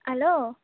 hello